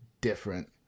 different